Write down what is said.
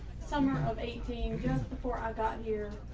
summer of eighteen. just before i got here,